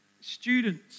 students